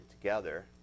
together